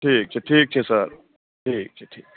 ठीक छै ठीक छै सर ठीक छै ठीक छै